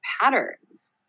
patterns